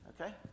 Okay